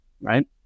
right